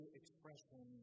expression